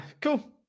cool